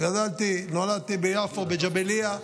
נולדתי ביפו, בג'בליה,